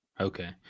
Okay